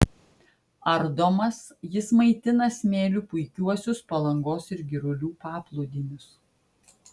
ardomas jis maitina smėliu puikiuosius palangos ir girulių paplūdimius